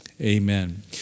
amen